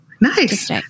Nice